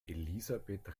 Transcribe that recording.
elisabeth